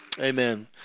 amen